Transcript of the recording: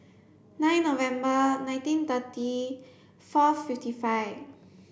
nine November nineteen thirty four fifty five